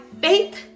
faith